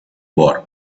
board